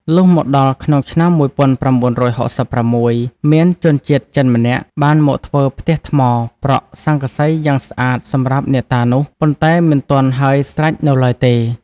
លុះមកដល់ក្នុងឆ្នាំ ១៩៦៦ មានជនជាតិចិនម្នាក់ បានមកធ្វើផ្ទះថ្ម ប្រក់ស័ង្កសីយ៉ាងស្អាតសម្រាប់អ្នកតានោះ ប៉ុន្តែមិនទាន់ហើយស្រេចនៅឡើយទេ ។